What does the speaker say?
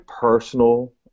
personal